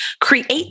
create